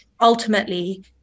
ultimately